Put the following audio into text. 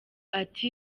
ati